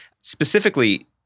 Specifically